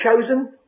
chosen